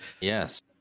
Yes